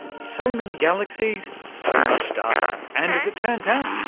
so many galaxies, so much data. and, as it turns out,